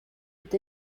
with